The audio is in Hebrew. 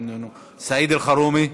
אינו נוכח, סעיד אלחרומי.